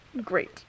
great